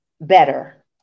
better